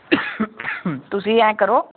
ਤੁਸੀਂ ਆਏਂ ਕਰੋ